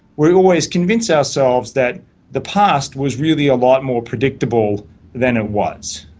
we always convince ourselves that the past was really a lot more predictable than it was.